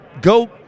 Go